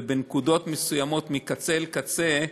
ובנקודות מסוימות מקצה לקצה,